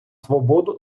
свободу